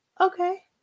okay